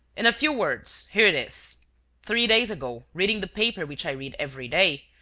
in a few words, here it is three days ago, reading the paper which i read every day,